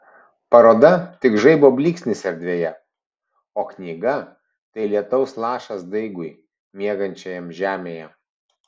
paroda tik žaibo blyksnis erdvėje o knyga tai lietaus lašas daigui miegančiam žemėje